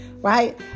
right